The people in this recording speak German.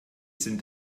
sind